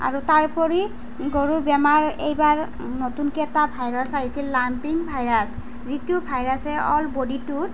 আৰু তাৰোপৰি গৰুৰ বেমাৰ এইবাৰ নতুনকে এটা ভাইৰাছ আহিছিল লানপিং ভাইৰাছ যিটো ভাইৰাছে অল বডীটোত